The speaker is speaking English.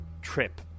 trip